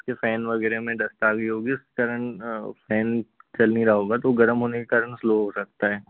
इसके फ़ैन वगैरह में डस्ट आ गई होगी इस कारण फ़ैन चल नहीं रहा होगा तो गर्म होने के कारण स्लो हो सकता है